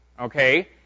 okay